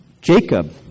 Jacob